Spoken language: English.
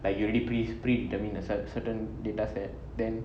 like you already pre pre intermine the certain data set then